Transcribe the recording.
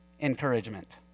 encouragement